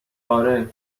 آره